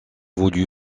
voulu